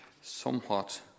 somewhat